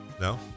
No